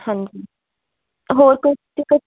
ਹਾਂਜੀ ਹੋਰ